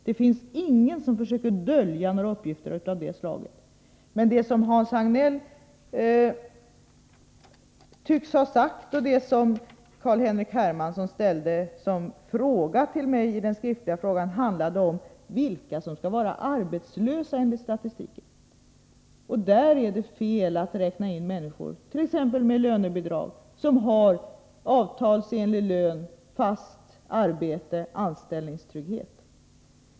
Det finns ingen som försöker dölja några uppgifter av det slaget. Men det som Hans Hagnell tycks ha sagt och det som Carl-Henrik Hermansson frågade mig i den skriftliga frågan gällde vilka som skall anses vara arbetslösa enligt statistiken. Där är det fel att räkna in människor t.ex. med lönebidrag, som har avtalsenlig lön, fast arbete och anställningstrygghet.